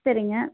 சரிங்க